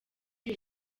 uyu